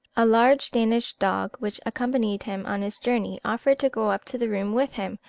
a large danish dog, which accompanied him on his journey, offered to go up to the room with him,